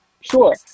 Sure